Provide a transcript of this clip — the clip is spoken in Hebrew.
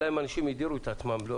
אנשים הדירו את עצמם.